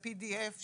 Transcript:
בפי-די-אף.